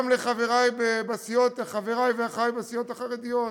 גם לחברי ואחי בסיעות החרדיות,